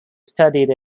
studied